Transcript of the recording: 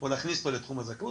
או להכניס אותו לתחום הזכאות,